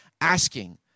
asking